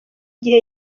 gihe